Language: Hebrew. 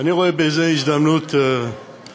אני רואה בזה הזדמנות מצוינת